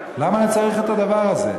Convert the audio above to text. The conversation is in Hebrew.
למה אני צריך את הדבר הזה?